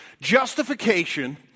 Justification